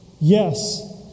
yes